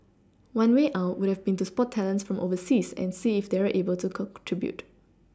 one way out would have been to spot talents from overseas and see if they're able to contribute